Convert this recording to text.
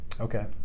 Okay